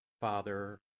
Father